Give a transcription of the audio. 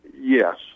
Yes